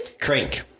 crank